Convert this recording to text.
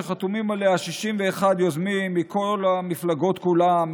שחתומים עליה 61 יוזמים מכל המפלגות כולן,